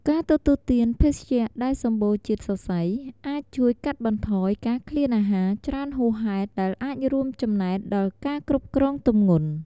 ការទទួលទានភេសជ្ជៈដែលសម្បូរជាតិសរសៃអាចជួយកាត់បន្ថយការឃ្លានអាហារច្រើនហួសហេតុ ដែលអាចរួមចំណែកដល់ការគ្រប់គ្រងទម្ងន់។